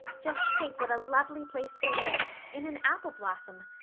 just think what a lovely place to live in an apple blossom!